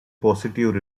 positive